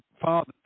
father